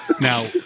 now